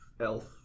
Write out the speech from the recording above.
elf